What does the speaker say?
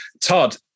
Todd